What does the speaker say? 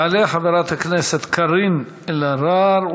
תעלה חברת הכנסת קארין אלהרר,